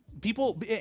People